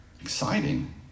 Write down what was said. exciting